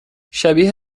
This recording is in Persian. شبیه